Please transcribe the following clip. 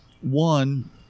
One